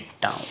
down